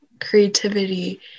creativity